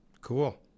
Cool